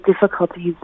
difficulties